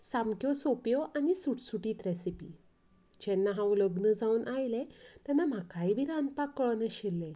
सामक्यो सोप्यो आनी सुटसुटीत रॅसिपी जेन्ना हांव लग्न जावन आयलें तेन्ना म्हाकाय बी रांदपाक कळनाशिल्लें